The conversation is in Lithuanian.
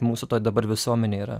mūsų toj dabar visuomenėj yra